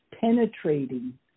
penetrating